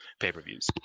pay-per-views